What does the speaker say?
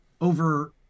over